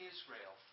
Israel